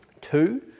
Two